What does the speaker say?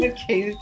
Okay